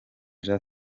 jean